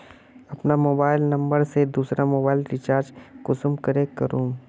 अपना मोबाईल से दुसरा मोबाईल रिचार्ज कुंसम करे करूम?